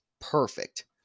perfect